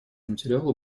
материала